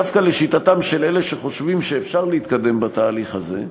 דווקא לשיטתם של אלה שחושבים שאפשר להתקדם בתהליך הזה,